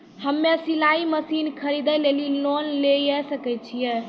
हम्मे सिलाई मसीन खरीदे लेली लोन लिये सकय छियै?